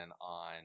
on